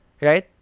Right